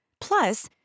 Plus